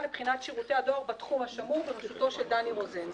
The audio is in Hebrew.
בתחום השמור בראשותו של דני רוזן.